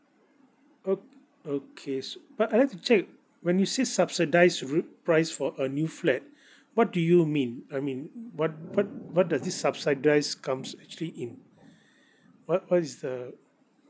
okay okay so but I'd like to check when you say subsidised root price for a new flat what do you mean I mean what what what does this subsidise comes actually in what what is the